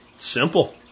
Simple